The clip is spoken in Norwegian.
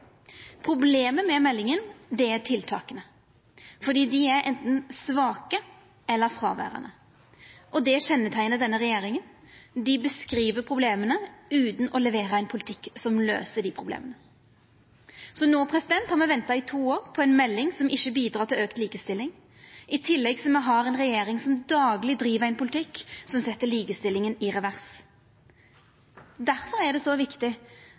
Problemet med meldinga er tiltaka. Dei er anten svake eller fråverande. Det kjenneteiknar denne regjeringa. Dei beskriv problema – utan å levera ein politikk som løyser dei problema. Me har venta i to år på ei melding som ikkje bidreg til auka likestilling, i tillegg til at me har ei regjering som dagleg driv ein politikk som set likestillinga i revers. Difor er det så viktig